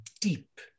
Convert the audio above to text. deep